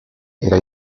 era